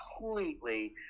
completely